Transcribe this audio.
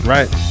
Right